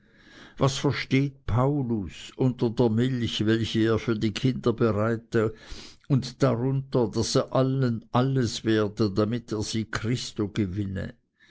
was versteht paulus unter der milch welche er für kinder bereite und darunter daß er allen alles werde damit er sie christo gewinne